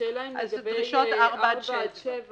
השאלה אם דרישות 4 עד 7